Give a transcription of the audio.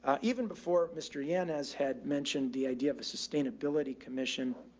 ah even before mr yen has had mentioned the idea of a sustainability commission,